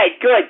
good